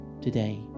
today